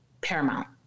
paramount